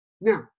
Now